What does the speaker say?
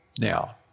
now